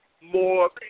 more